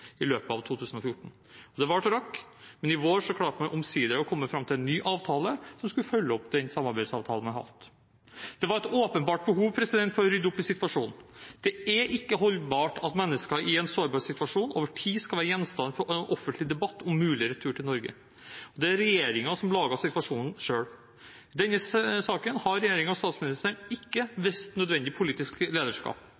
i løpet av 2014. Det varte og rakk, men i vår klarte man omsider å komme fram til en ny avtale som skulle følge opp den samarbeidsavtalen vi hadde hatt. Det var et åpenbart behov for å rydde opp i situasjonen. Det er ikke holdbart at mennesker i en sårbar situasjon over tid skal være gjenstand for offentlig debatt om mulig retur til Norge. Det er regjeringen som har laget situasjonen selv. I denne saken har regjeringen og statsministeren ikke vist nødvendig politisk lederskap.